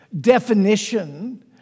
definition